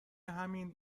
همین